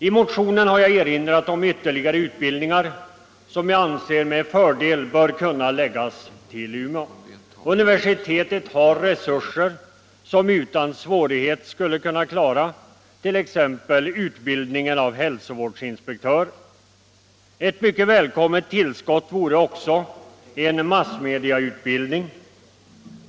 I motionen har jag erinrat om ytterligare utbildningar, som jag anser med fördel borde kunna läggas till Umeå. Universitetet har resurser som utan svårighet skulle kunna klara t.ex. utbildningen av hälsovårdsinspektörer. Ett mycket välkommet tillskott vore också en massmedieutbildning.